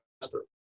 faster